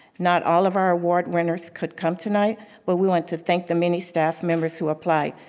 not all of our award winners could come tonight but we wanted to thank the many staff members who applied.